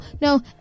no